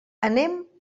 anem